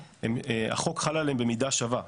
החוק חל עליהם במידה שווה.